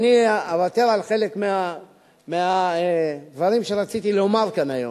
אוותר על חלק מהדברים שרציתי לומר כאן היום,